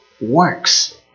works